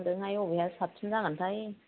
सान्दोंहाय बबेया साबसिन जागोन थाय